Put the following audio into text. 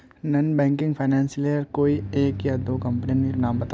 Non banking financial लेर कोई एक या दो कंपनी नीर नाम बता?